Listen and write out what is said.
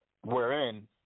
Wherein